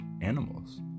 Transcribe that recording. animals